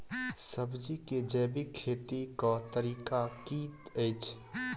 सब्जी केँ जैविक खेती कऽ तरीका की अछि?